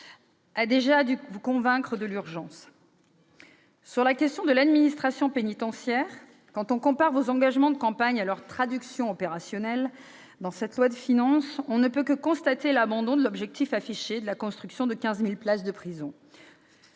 a déjà dû la convaincre de l'urgence. Concernant la question de l'administration pénitentiaire, à comparer vos engagements de campagne avec leur traduction opérationnelle dans ce projet de loi de finances, on ne peut que constater l'abandon de l'objectif affiché de la construction de 15 000 places de prison.